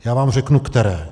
Já vám řeknu, které.